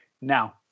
Now